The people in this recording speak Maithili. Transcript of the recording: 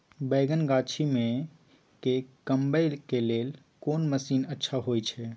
बैंगन गाछी में के कमबै के लेल कोन मसीन अच्छा होय छै?